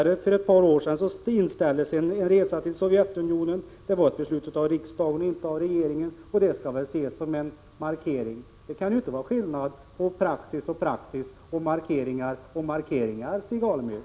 För ett par år sedan inställdes en resa till Sovjet i enlighet med ett beslut av riksdagen och inte regeringen. Det skall väl ses som en markering. Det kan väl inte här vara fråga om skilda slag av praxis och markeringar, Stig Alemyr?